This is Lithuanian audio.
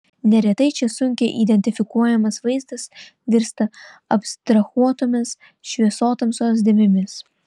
neretai čia sunkiai identifikuojamas vaizdas virsta abstrahuotomis šviesotamsos dėmėmis